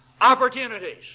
opportunities